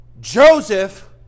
Joseph